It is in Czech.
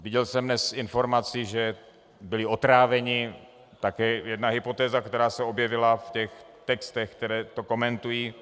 Viděl jsem dnes informaci, že byli otráveni, také jedna hypotéza, která se objevila v textech, které to komentují.